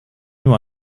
nur